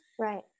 Right